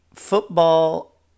Football